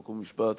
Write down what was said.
חוק ומשפט,